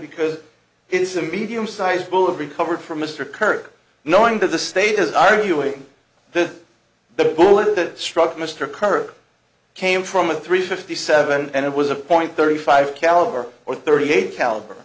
because it is a medium sized ball of recovered from mr kirk knowing that the state is arguing that the bullet that struck mr kirk came from a three fifty seven and it was a point thirty five caliber or thirty eight caliber